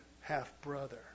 half-brother